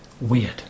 Weird